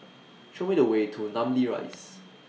Show Me The Way to Namly Rise